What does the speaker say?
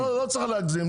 לא צריך להגזים,